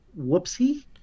Whoopsie